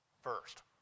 first